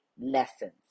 lessons